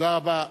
תודה רבה.